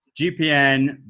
GPN